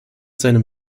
seinem